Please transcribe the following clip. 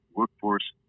workforce